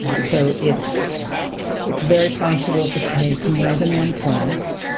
so it's it's very possible to take more than one class,